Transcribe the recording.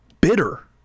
Bitter